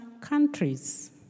countries